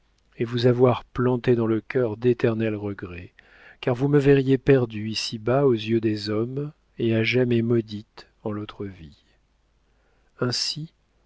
et vous avoir planté dans le cœur d'éternels regrets car vous me verriez perdue ici-bas aux yeux des hommes et à jamais maudite en l'autre vie ainsi